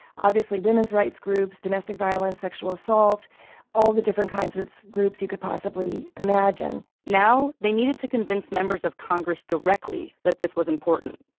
obviously women's rights groups, domestic violence, sexual assault all the different kinds of groups you could possibly imagine now they needed to convince members of congress directly that this was important.